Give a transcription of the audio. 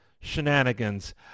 shenanigans